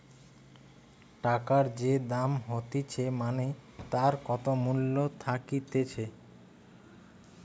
টাকার যে দাম হতিছে মানে তার কত মূল্য থাকতিছে